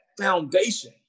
foundation